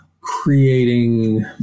creating